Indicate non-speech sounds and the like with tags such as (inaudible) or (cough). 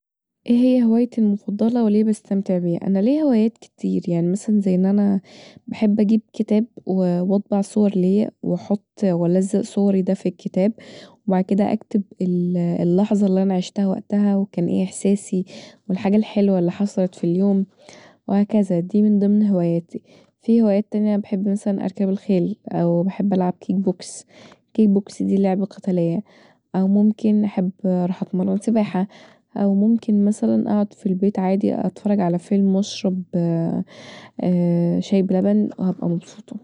انا ايه هي هوايتي المفضله وليه بستمتع بيها؟ انا ليا هوايات كتير يعني مثلا زي ان انا بحب اجيب كتاب واطبع صور ليا وألزق صوري دا في الكتاب وبعد كدا اكتب اللحظه اللي انا عيشتها وكان ايه احساسي واللحظه الحلوه اللي حصلت في اليوم وهكذا دي من ضمن هواياتي، فيه هوايات تانيه انا بحب مثلا أركب الخيل بحب مثلا ألعب كيك بوكس، كيك بوكس دي لعبه قتاليه ممكن احب اروح اتمرن سباحه او ممكن مثلا اقعد في البيت عادي اتفرج علي فيلم واشرب (hesitation) شاي بلبن وهبقي مبسوطه